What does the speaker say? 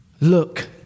look